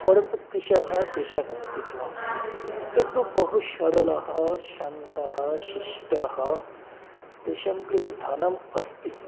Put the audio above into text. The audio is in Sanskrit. परन्तु कृषकः कृषकः अस्ति किल तत्तु बहु सरलः शान्तः शिष्टः तेषां कृते धनम् अस्ति